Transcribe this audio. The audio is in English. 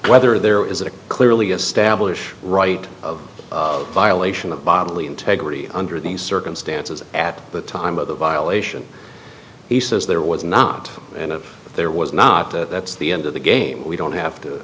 whether there is a clearly established right of violation of bodily integrity under these circumstances at the time of the violation he says there was not and there was not that's the end of the game we don't have to